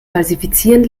falsifizieren